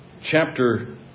chapter